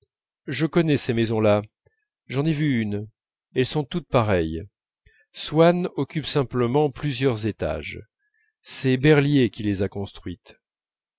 je connais ces maisons-là j'en ai vu une elles sont toutes pareilles swann occupe simplement plusieurs étages c'est berlier qui les a construites